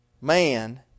man